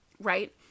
right